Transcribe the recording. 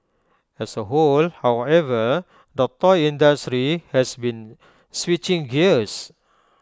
as A whole however the toy industry has been switching gears